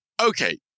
okay